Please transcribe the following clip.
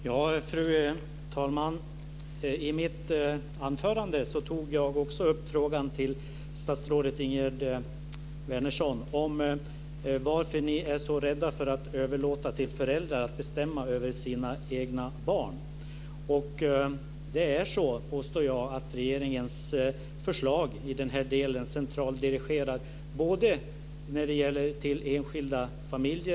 Fru talman! I mitt anförande ställde jag frågan till statsrådet Ingegerd Wärnersson om varför ni är så rädda att överlåta åt föräldrar att bestämma över sina egna barn. Jag vill påstå att regeringens förslag centraldirigerar både enskilda familjer och kommuner. Den centraldirigeringen vill vi från Centerpartiet inte ha. Jag är också övertygad om att det här görs medvetet. Det är en socialistisk barnomsorgspolitik.